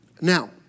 Now